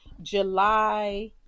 July